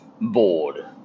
bored